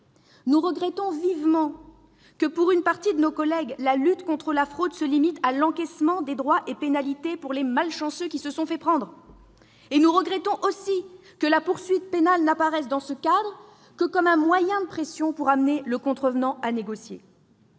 Nous regrettons vivement que, pour une partie de nos collègues, la lutte contre la fraude se limite à l'encaissement des droits et pénalités pour les malchanceux qui se sont fait prendre. Nous regrettons aussi que la poursuite pénale n'apparaisse, dans ce cadre, que comme un moyen de pression pour amener le contrevenant à négocier.